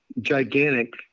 gigantic